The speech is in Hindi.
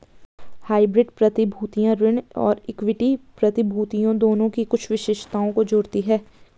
हाइब्रिड प्रतिभूतियां ऋण और इक्विटी प्रतिभूतियों दोनों की कुछ विशेषताओं को जोड़ती हैं